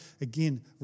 Again